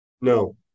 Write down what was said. No